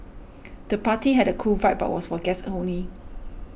the party had a cool vibe but was for guests only